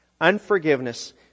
Unforgiveness